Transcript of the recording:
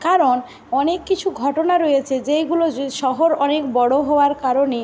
কারণ অনেক কিছু ঘটনা রয়েছে যেইগুলো শহর অনেক বড় হওয়ার কারণে